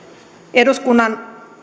eduskunnan